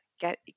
get